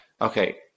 okay